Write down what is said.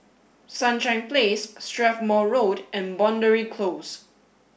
Sunshine Place Strathmore Road and Boundary Close